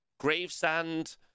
Gravesand